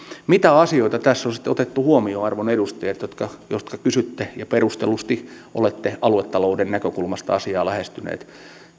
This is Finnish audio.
mitä asioita tässä on sitten otettu huomioon arvon edustajat jotka jotka kysytte ja perustellusti olette aluetalouden näkökulmasta asiaa lähestyneet